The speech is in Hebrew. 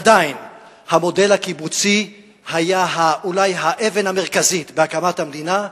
עדיין המודל הקיבוצי היה אולי האבן המרכזית בהקמת המדינה.